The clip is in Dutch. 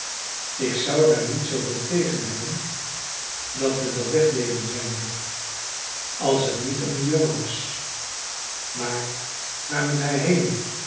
ik zou daar niet zooveel tegen hebben dat we dat wegdeden zei moeder als t niet om den jongen was maar waar moet hij heen